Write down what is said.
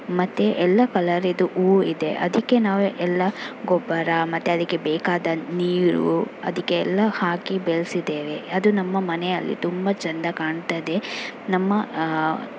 ಮತ್ತು ಎಲ್ಲ ಕಲ್ಲರಿನದು ಹೂ ಇದೆ ಅದಕ್ಕೆ ನಾವು ಎಲ್ಲ ಗೊಬ್ಬರ ಮತ್ತು ಅದಕ್ಕೆ ಬೇಕಾದ ನೀರು ಅದಕ್ಕೆ ಎಲ್ಲ ಹಾಕಿ ಬೆಳ್ಸಿದ್ದೇವೆ ಅದು ನಮ್ಮ ಮನೆಯಲ್ಲಿ ತುಂಬ ಚೆಂದ ಕಾಣ್ತದೆ ನಮ್ಮ